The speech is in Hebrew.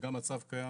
שגם הצו קיים